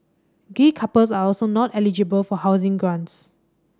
gay couples are also not eligible for housing grants